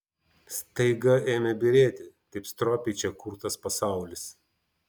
staiga ėmė byrėti taip stropiai čia kurtas pasaulis